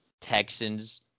Texans